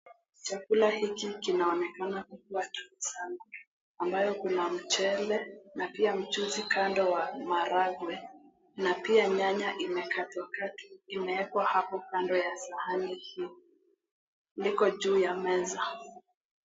Chakula hiki kinaonekana kuwa kitamu, ambayo kuna mchele na pia mchuzi kando wa maharagwe na pia nyanya imekatwakatwa imeekwa kando ya sahani hio. Mwiko juu ya meza.